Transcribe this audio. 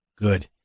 Good